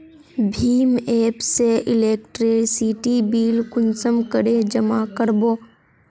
भीम app से electricity bill कुंसम करे जमा कर बो?